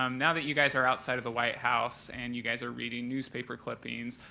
um now that you guys are outside of the white house and you guys are reading newspaper clippings,